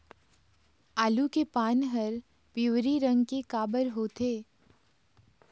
आलू के पान हर पिवरी रंग के काबर होथे?